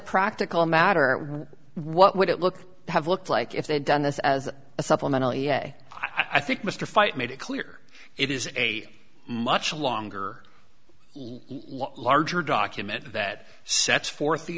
practical matter what would it look have looked like if they'd done this as a supplemental e s a i think mr feit made it clear it is a much longer larger document that sets forth the